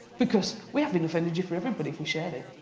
because we have enough energy for everybody if we shared it.